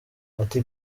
ati